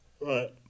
Right